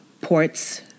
ports